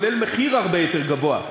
כולל מחיר הרבה יותר גבוה,